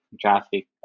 traffic